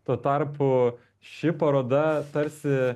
tuo tarpu ši paroda tarsi